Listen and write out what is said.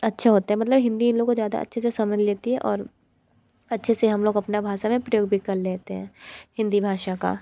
अच्छे होते हैं मतलब हिंदी इन लोग को ज़्यादा अच्छे से समझ लेती है और अच्छे से हम लोग अपना भाषा में प्रयोग कर लेते हैं हिंदी भाषा का